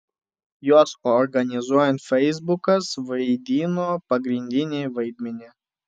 juos organizuojant feisbukas vaidino pagrindinį vaidmenį